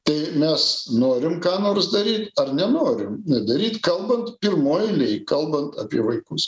tai mes norim ką nors daryt ar nenorim nedaryt kalbant pirmoj eilėj kalbant apie vaikus